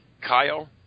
Kyle